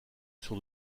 sur